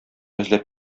эзләп